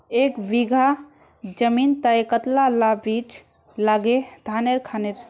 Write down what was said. एक बीघा जमीन तय कतला ला बीज लागे धानेर खानेर?